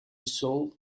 sold